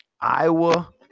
Iowa